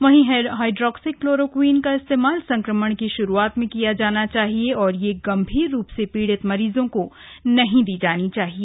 वहीं hydroxy chloroquine का इस्तेमाल संक्रमण की शुरूआत में किया जाना चाहिए और यह गंभीर रूप से पीडित मरीजों को नहीं दी जानी चाहिए